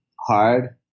hard